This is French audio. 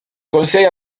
conseil